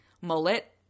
mullet